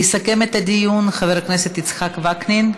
יסכם את הדיון חבר הכנסת יצחק וקנין.